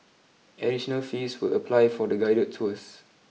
additional fees will apply for the guided tours